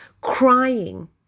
Crying